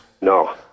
No